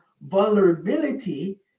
vulnerability